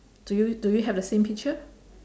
do you do you have the same picture